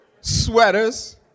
sweaters